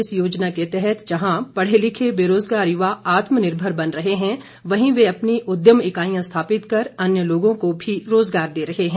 इस योजना के तहत जहां पढ़े लिखे बेरोजगार युवा आत्म निर्भर बन रहे हैं वहीं वे अपनी उद्यम इकाईयां स्थापित कर अन्य लोगों को भी रोजगार दे रहे हैं